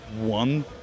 one